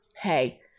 hey